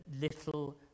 little